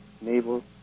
Naval